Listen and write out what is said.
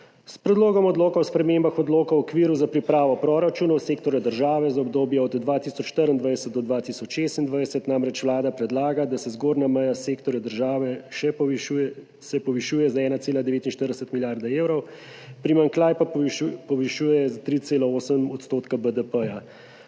S Predlogom odloka o spremembah Odloka o okviru za pripravo proračunov sektorja država za obdobje od 2024 do 2026 namreč Vlada predlaga, da se zgornja meja sektorja država povišuje za 1,49 milijarde evrov, primanjkljaj pa povišuje za 3,8 % BDP.